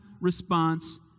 response